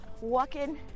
walking